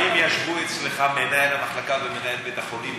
האם ישבו אצלך מנהלת המחלקה ומנהל בית-החולים?